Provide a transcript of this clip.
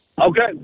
Okay